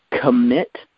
Commit